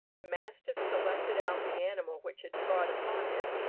the mastiff selected out the animal which had trod upon him,